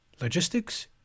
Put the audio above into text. logistics